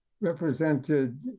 represented